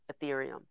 Ethereum